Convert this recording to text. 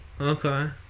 Okay